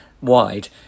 wide